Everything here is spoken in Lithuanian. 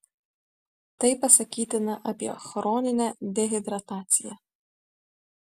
tai pasakytina apie chroninę dehidrataciją